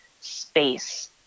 space